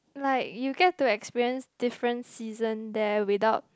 like you get to experience different season there without